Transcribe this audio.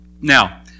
Now